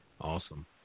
Awesome